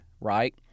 right